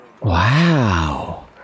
Wow